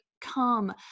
come